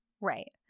Right